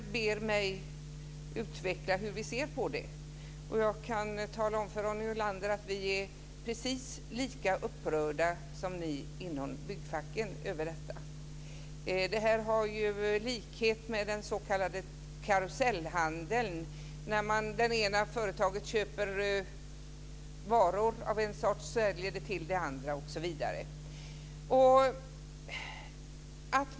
Fru talman! Ronny Olander ber mig utveckla hur vi ser på detta. Jag kan tala om för Ronny Olander att vi är precis lika upprörda som ni är inom byggfacken över detta. Detta har en likhet med den s.k. karusellhandeln, när det ena företaget köper varor och säljer till det andra osv.